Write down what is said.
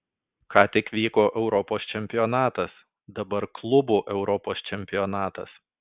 ką tik vyko europos čempionatas dabar klubų europos čempionatas